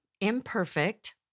imperfect